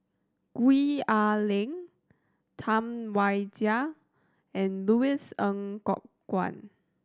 Gwee Ah Leng Tam Wai Jia and Louis Ng Kok Kwang